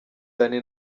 danny